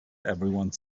everyone